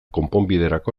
konponbiderako